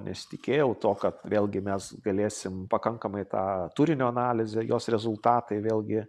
nesitikėjau to kad vėlgi mes galėsim pakankamai tą turinio analizę jos rezultatai vėlgi